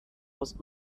aus